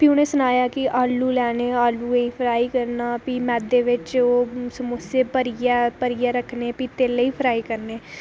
ते प्ही उ'नें सनाया कि आलू लैने आलू फ्राई करने ते प्ही ओह् मैदे बिच समोसे भरियै रक्खने ते तेलै च फ्राई करने